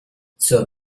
zur